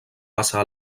passar